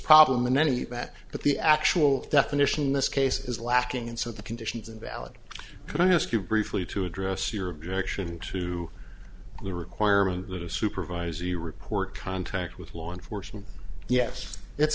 problem and then you bet but the actual definition in this case is lacking and so the conditions invalid can i ask you briefly to address your objection to the requirement that a supervisor you report contact with law enforcement yes it's